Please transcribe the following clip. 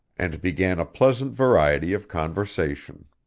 and began a pleasant variety of conversation.